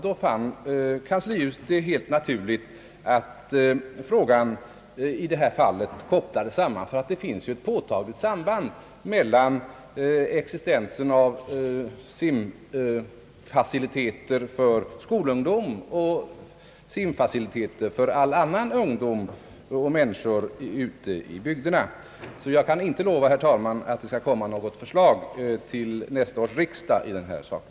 Då fann kanslihuset det helt naturligt att frågan i detta fall kopplades samman med den stora utredningen, ty det finns ett påtagligt samband mellan existensen av simfaciliteter för skolungdom och simfaciliteter för all annan ungdom och andra människor ute i bygderna. Därför kan jag inte lova, herr talman, att det skall komma ett förslag till nästa års riksdag i denna sak.